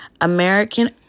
American